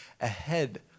ahead